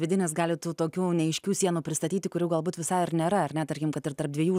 vidinis gali tų tokių neaiškių sienų pristatyti kurių galbūt visai ir nėra ar ne tarkim kad ir tarp dviejų